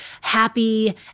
happy